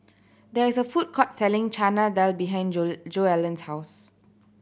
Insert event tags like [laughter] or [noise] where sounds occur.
there is a food court selling Chana Dal behind [unintelligible] Joellen's house